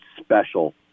special